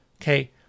okay